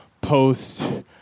post-